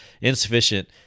insufficient